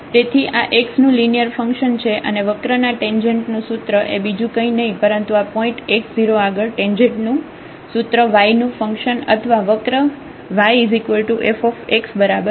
તેથી આ x નું લિનિયર ફંકશન છે અને વક્ર ના ટેંજેન્ટ નું સૂત્ર એ બીજું કંઈ નહીં પરંતુ આ પોઇન્ટ x0 આગળ ટેંજેન્ટ નું સૂત્ર yનું ફંકશન અથવા વક્ર yfx બરાબર છે